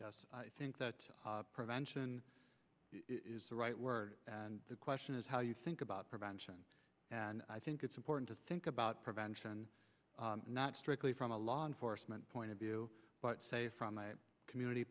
i think that prevention is the right word and the question is how you think about prevention and i think it's important to think about prevention not strictly from a law enforcement point of view but say from a community